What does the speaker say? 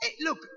Look